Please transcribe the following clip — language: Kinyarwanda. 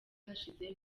hashize